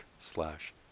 slash